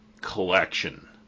collection